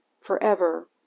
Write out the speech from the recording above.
forever